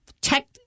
tech